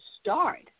start